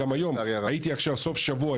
הייתי עכשיו סוף שבוע,